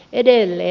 edelleen